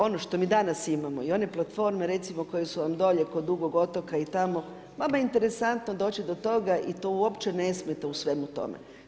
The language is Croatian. Ono što mi danas imamo i one platforme recimo koje su vam dolje kod Dugog otoka i tamo, vama je interesantno doći do toga i to uopće ne smeta u svemu tome.